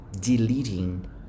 deleting